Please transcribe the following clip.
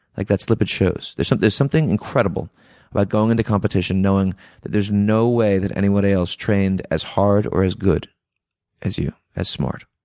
like that slippage shows. there's um there's something incredible about going into competition knowing that there's no way anybody else trained as hard or as good as you as smart.